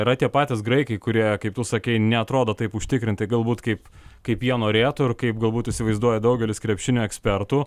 yra tie patys graikai kurie kaip tu sakei neatrodo taip užtikrintai galbūt kaip kaip jie norėtų ir kaip galbūt įsivaizduoja daugelis krepšinio ekspertų